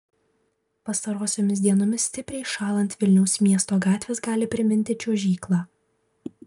pastarosiomis dienomis stipriai šąlant vilniaus miesto gatvės gali priminti čiuožyklą